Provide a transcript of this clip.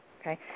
Okay